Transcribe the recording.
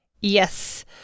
Yes